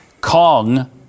Kong